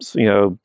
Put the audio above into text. you know,